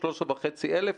13,500,